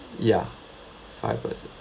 ya five percent